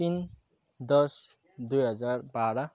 तिन दस दुई हजार बाह्र